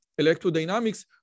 electrodynamics